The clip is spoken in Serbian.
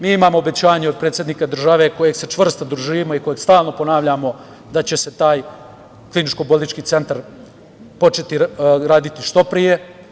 Mi imamo obećanje od predsednika države kojeg se čvrstom držimo i koje stalno ponavljamo, da će se taj kliničko bolnički centar početi raditi što pre.